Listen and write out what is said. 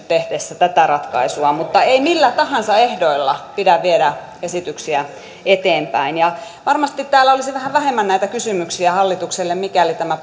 tehdessä tätä ratkaisua mutta ei millä tahansa ehdoilla pidä viedä esityksiä eteenpäin varmasti täällä olisi vähän vähemmän näitä kysymyksiä hallitukselle mikäli tämä